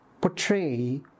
portray